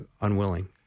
unwilling